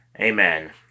Amen